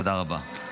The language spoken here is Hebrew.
תודה רבה.